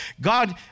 God